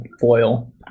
foil